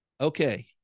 okay